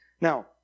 Now